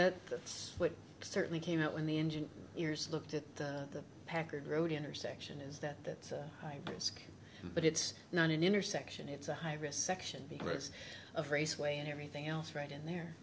that's what certainly came out when the engine ears looked at the packard road intersection is that that i ask but it's not an intersection it's a high risk section of the rest of raceway and everything else right in there